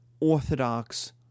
Orthodox